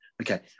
okay